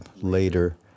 later